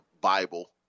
Bible